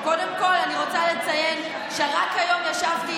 קודם כול אני רוצה לציין שרק היום ישבתי